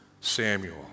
Samuel